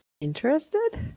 interested